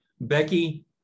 Becky